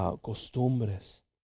costumbres